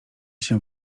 się